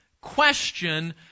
question